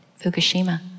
Fukushima